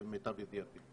למיטב ידיעתי.